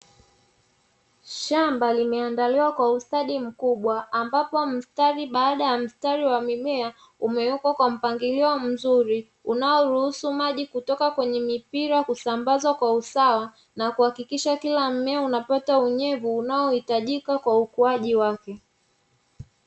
Shamba limeandaliwa kwa ustadi mkubwa, ambapo mstari baada ya mstari wa mimea, umewekwa kwa mpangilio mzuri, unaoruhusu maji kutoka kwenye mipira kusambazwa kwa usawa, na kuhakikisha kila mmea unapata unyevu unaohitajika kwa ukuaji wake.